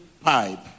pipe